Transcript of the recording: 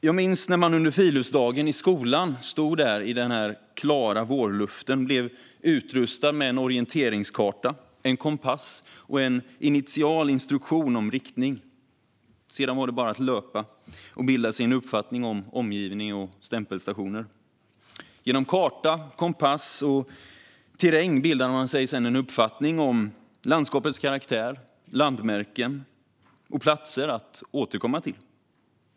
Jag minns när man under friluftsdagen i skolan stod i den klara vårluften, blev utrustad med en orienteringskarta, en kompass och en initial instruktion om riktning. Sedan var det bara att löpa och bilda sig en uppfattning om omgivning och stämpelstationer. Genom karta, kompass och terräng bildade man sig en uppfattning om landskapets karaktär, landmärken och platser att återkomma till.